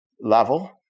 level